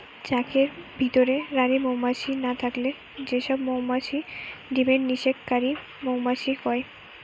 চাকের ভিতরে রানী মউমাছি না থাকলে যে সব মউমাছি ডিমের নিষেক কারি মউমাছি কয়